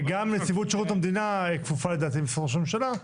גם נציבות שירות המדינה כפופה לדעתי למשרד ראש הממשלה.